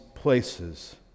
places